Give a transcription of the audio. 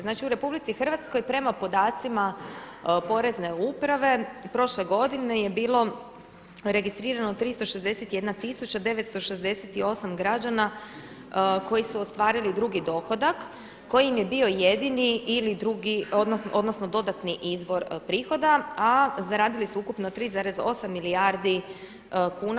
Znači u RH prema podacima porezne uprave prošle godine je bilo registrirano 361 968 građana koji su ostvarili drugi dohodak koji im je bio jedini ili drugi, odnosno dodatni izvor prihoda a zaradili su ukupno 3,8 milijardi kuna.